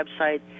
website